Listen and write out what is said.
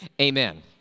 amen